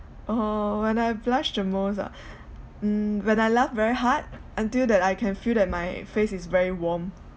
oh when I blush the most ah um when I laugh very hard until that I can feel that my face is very warm